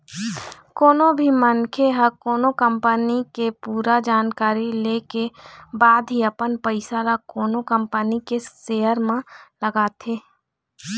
कोनो भी मनखे ह कोनो कंपनी के पूरा जानकारी ले के बाद ही अपन पइसा ल कोनो कंपनी के सेयर म लगाथे